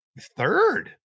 Third